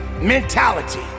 mentality